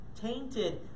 tainted